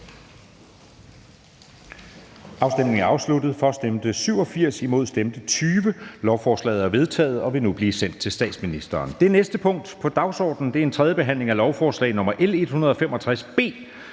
Mathiesen (UFG)), hverken for eller imod stemte 0 Lovforslaget er vedtaget og vil nu blive sendt til statsministeren. --- Det næste punkt på dagsordenen er: 32) 3. behandling af lovforslag nr. L